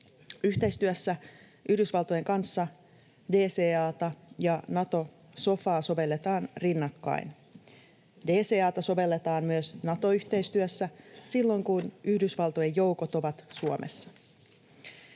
Yhteistyössä Yhdysvaltojen kanssa DCA:ta ja Nato-sofaa sovelletaan rinnakkain. DCA:ta sovelletaan myös Nato-yhteistyössä silloin, kun Yhdysvaltojen joukot ovat Suomessa.